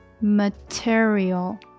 Material